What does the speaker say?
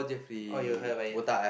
oh you haven't eat ah